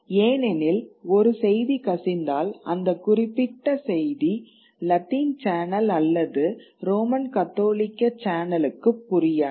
ஏனெனில் ஒரு செய்தி கசிந்தால் அந்த குறிப்பிட்ட செய்தி லத்தீன் சேனல் அல்லது ரோமன் கத்தோலிக்க சேனலுக்கு புரியாது